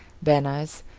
banners,